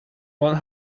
one